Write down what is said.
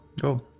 Go